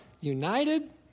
United